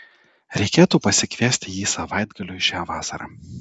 reikėtų pasikviesti jį savaitgaliui šią vasarą